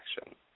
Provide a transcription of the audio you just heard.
action